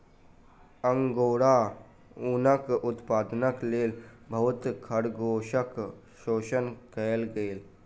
angora ऊनक उत्पादनक लेल बहुत खरगोशक शोषण कएल गेल